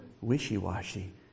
wishy-washy